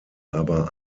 aber